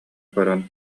көрөн